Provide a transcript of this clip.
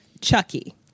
Chucky